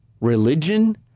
religion